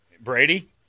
Brady